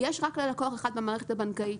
יש רק ללקוח אחד במערכת הבנקאית